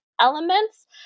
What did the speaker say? elements